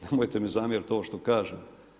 Nemojte mi zamjeriti to što kažem.